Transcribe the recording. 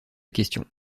question